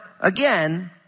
again